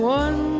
one